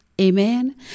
Amen